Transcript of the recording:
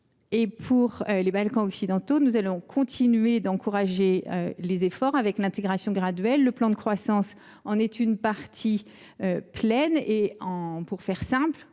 qui est des Balkans occidentaux, nous allons continuer d’encourager les efforts, avec l’intégration graduelle. Le plan de croissance en est une partie pleine et entière. Pour faire simple,